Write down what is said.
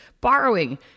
borrowing